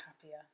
happier